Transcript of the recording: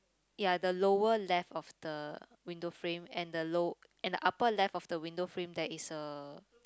ya the lower left of the window frame and the low and the upper left of the window frame there is a